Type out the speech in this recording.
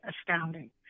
astounding